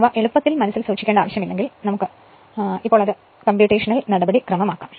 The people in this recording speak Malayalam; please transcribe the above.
ഇത് എളുപ്പത്തിൽ മനസ്സിൽ സൂക്ഷിക്കേണ്ട ആവശ്യമില്ലെങ്കിൽ ഇപ്പോൾ അത് കമ്പ്യൂട്ടേഷണൽ നടപടിക്രമമാക്കാം